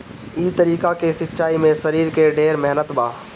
ई तरीका के सिंचाई में शरीर के ढेर मेहनत बा